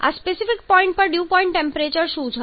આ specific point પર dew point temperature શું હશે